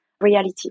reality